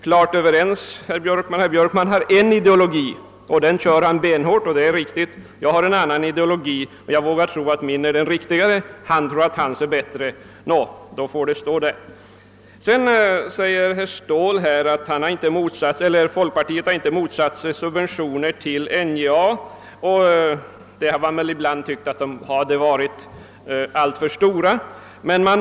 Herr Björkman har en ideologi; den följer han benhårt, och det är riktigt. Jag har en annan ideologi. Jag vågar tro att min är den riktiga; han tror att hans är bättre. Herr Ståhl sade att folkpartiet inte hade motsatt sig subventioner till NJA men ibland hade tyckt att de varit alltför stora.